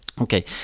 Okay